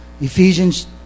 Ephesians